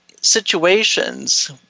Situations